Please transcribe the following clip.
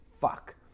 fuck